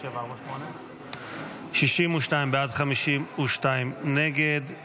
62 בעד, 52 נגד.